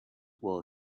while